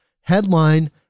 headline